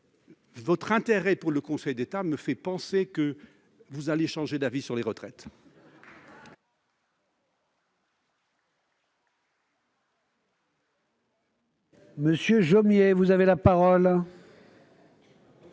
Votre intérêt pour le Conseil d'État me fait penser que vous allez changer d'avis sur les retraites